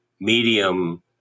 medium